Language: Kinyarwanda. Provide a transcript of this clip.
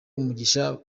umugisha